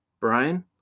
Brian